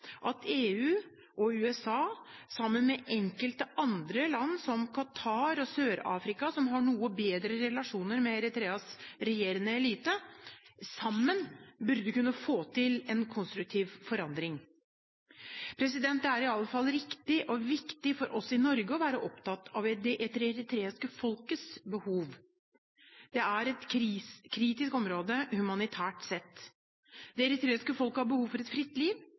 at EU og USA, sammen med enkelte andre land som Qatar og Sør-Afrika, som har noe bedre relasjon til Eritreas regjerende elite, burde kunne få til en konstruktiv forandring. Det er i alle fall riktig og viktig for oss i Norge å være opptatt av det eritreiske folkets behov. Det er et kritisk område humanitært sett. Det eritreiske folket har behov for et fritt liv,